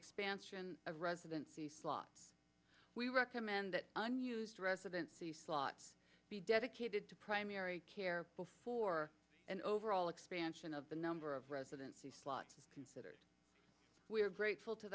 expansion of residency slots we recommend that unused residency slots be dedicated to primary care before an overall expansion of the number of residency slots considers we are grateful to